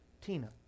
Tina